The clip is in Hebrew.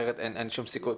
אחרת אין שום סיכוי,